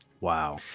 Wow